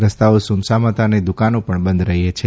રસ્તાઓ સૂમસામ હતા ને દુકાનો પણ બંધ રહી છે